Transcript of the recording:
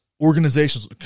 Organizations